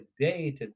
today